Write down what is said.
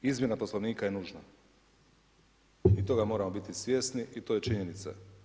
Izmjena Poslovnika je nužna i toga moramo biti svjesni i to je činjenica.